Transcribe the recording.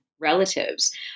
relatives